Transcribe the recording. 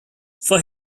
for